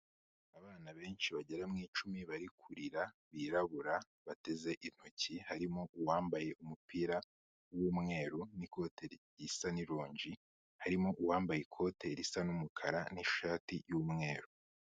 Abana benshi bagera mu icumi, bari kurira, birabura, bateze intoki, harimo uwambaye umupira w'umweru n'ikote risa n'irongi, harimo uwambaye ikote risa n'umukara n'ishati y'umweru.